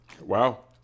Wow